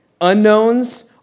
Unknowns